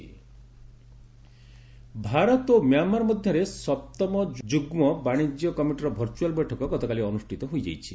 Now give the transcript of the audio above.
ବାଣିଜ୍ୟ ବୈଠକ ଭାରତ ଓ ମିଆଁମାର ମଧ୍ୟରେ ସପ୍ତମ ଯୁଗ୍ମ ବାଣିଜ୍ୟ କମିଟିର ଭର୍ଚୁଆଲ ବୈଠକ ଗତକାଲି ଅନୁଷ୍ଠିତ ହୋଇଯାଇଛି